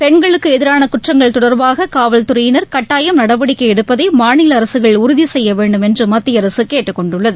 பெண்களுக்கு எதிரான குற்றங்கள் தொடர்பாக காவல்துறையினர் கட்டாயம் நடவடிக்கை எடுப்பதை மாநில அரசுகள் உறுதி செய்ய வேண்டும் என்று மத்திய அரசு கேட்டுக் கொண்டுள்ளது